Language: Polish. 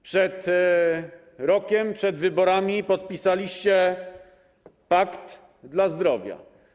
Przed rokiem, przed wyborami podpisaliście pakt dla zdrowia.